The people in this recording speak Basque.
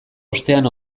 ostean